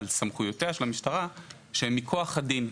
על סמכויותיה של המשטרה שהן מכוח הדין.